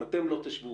אם אתם לא תשבו